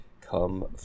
come